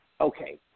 Okay